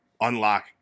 unlock